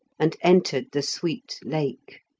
and entered the sweet lake.